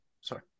sorry